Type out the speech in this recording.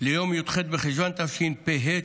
ליום י"ח בחשוון התשפ"ה,